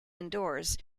indoors